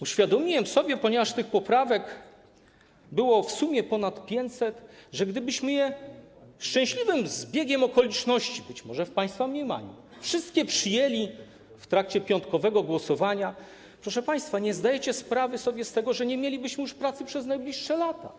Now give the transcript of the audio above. Uświadomiłem sobie, a tych poprawek było w sumie ponad 500, że gdybyśmy je szczęśliwym zbiegiem okoliczności być może w państwa mniemaniu wszystkie przyjęli w trakcie piątkowego głosowania, to, proszę państwa, nie zdajecie sobie sprawy z tego, że nie mielibyśmy już pracy przez najbliższe lata.